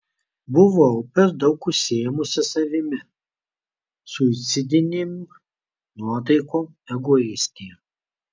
buvau per daug užsiėmusi savimi suicidinėm nuotaikom egoistė